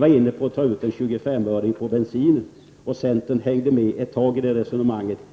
var inne på att ta ut en 25-öring på bensinen, och centern hängde med ett tag i det resonemanget.